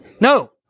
No